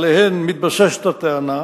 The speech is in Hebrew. שעליהם מתבססת הטענה,